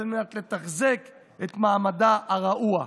על מנת לתחזק את מעמדה הרעוע.